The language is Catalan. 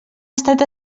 estat